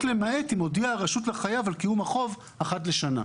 למעט אם הודיעה הרשות לחייב על קיום החוב אחת לשנה".